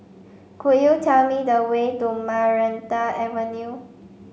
could you tell me the way to Maranta Avenue